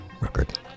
record